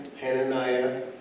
Hananiah